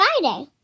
Friday